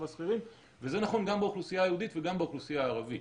השכירים וזה נכון גם באוכלוסייה היהודית וגם באוכלוסייה הערבית.